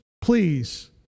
please